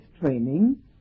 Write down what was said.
training